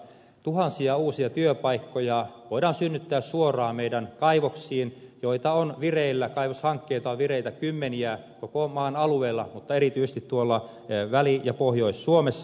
tuhansia uusia työpaikkoja voidaan synnyttää suoraan meidän kaivoksiimme joita kaivoshankkeita on vireillä kymmeniä koko maan alueella mutta erityisesti väli ja pohjois suomessa